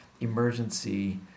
emergency